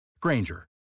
Granger